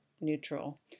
neutral